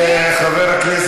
אבל הינה,